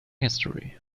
history